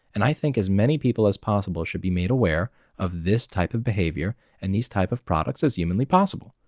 and i think as many people as possible should be made aware of this type of behavior and these type of products as humanly possible.